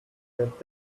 that